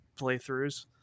playthroughs